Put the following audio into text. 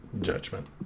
Judgment